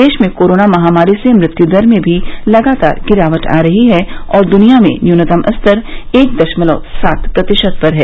देश में कोरोना महामारी से मृत्यु दर में भी लगातार गिरावट आ रही है और दुनिया में न्यूनतम स्तर एक दशमलव सात प्रतिशत पर है